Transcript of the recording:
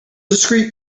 discrete